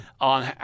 on